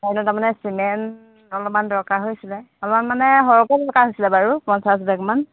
তাতে তাৰমানে চিমেণ্ট অলপমান দৰকাৰ হৈছিলে অলপমান মানে সৰহকৈ দৰকাৰ হৈছিলে বাৰু পঞ্চাছ বেগমান